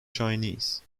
chinese